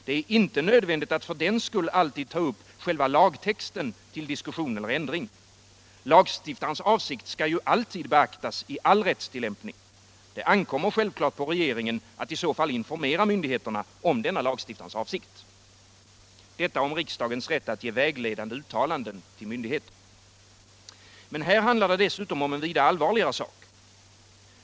Det är inte nödvändigt att för den skull alltid ta upp själva lagtexten till diskussion och ändring. Lagstiftarens avsikt skall beaktas i all rättstillämpning. Det ankommer självklart på regeringen alt i så fall informera myndigheterna om denna lagstiftarens avsikt. Detta om riksdagens rätt att ge vägledande uttalanden till myndigheter. Men här handlar det dessutom om en vida allvarligare sak.